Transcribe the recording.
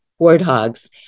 warthogs